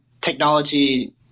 technology